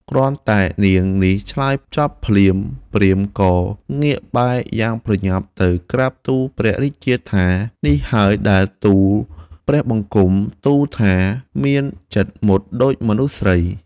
គ្រាន់តែនាងនេះឆ្លើយចប់ភ្លាម ព្រាហ្មណ៍ក៏ងាកបែរយ៉ាងប្រញាប់ ទៅក្រាបទូលព្រះរាជាថា នេះហើយដែលទូលព្រះបង្គំទូលថា មានចិត្តមុតដូចមនុស្សស្រី ។